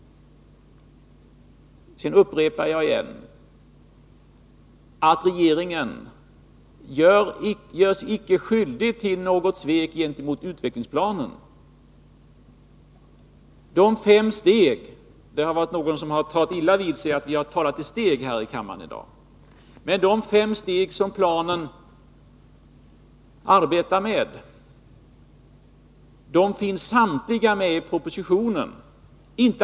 Sedan upprepar jag att regeringen inte gör sig skyldig till något svek gentemot utvecklingsplanen. Någon har här i kammaren i dag tagit illa vid sig av att vi har talat om steg, men de fem steg som planen arbetar med finns samtliga med i propositionen.